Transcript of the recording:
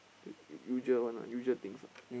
U usual one lah usual things lah